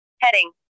Heading